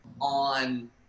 on